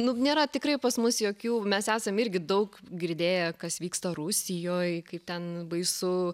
nu nėra tikrai pas mus jokių mes esam irgi daug girdėję kas vyksta rusijoj kaip ten baisu